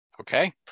Okay